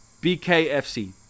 BKFC